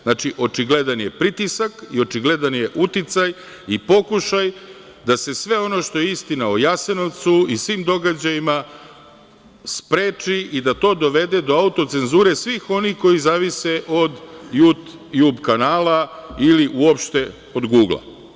Znači, očigledan je pritisak i očigledan je uticaj i pokušaj da se sve ono što je istina o Jasenovcu i svim događajima spreči i da to dovede do autocenzure svih onih koji zavise od „Jutjub“ kanala ili uopšte od „Gugla“